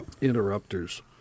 Interrupters